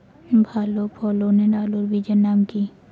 ভালো ফলনের আলুর বীজের নাম কি?